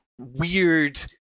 weird